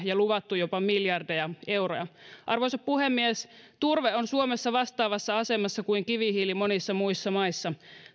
ja luvattu jopa miljardeja euroja arvoisa puhemies turve on suomessa vastaavassa asemassa kuin kivihiili monissa muissa maissa